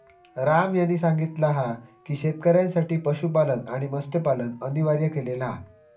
राम यांनी सांगितला हा की शेतकऱ्यांसाठी पशुपालन आणि मत्स्यपालन अनिवार्य केलेला हा